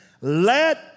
Let